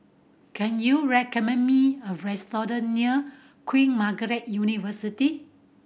can you recommend me a restaurant near Queen Margaret University